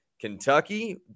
Kentucky